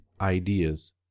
ideas